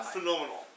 Phenomenal